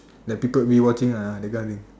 like people will be watching ah that kind of thing